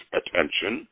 attention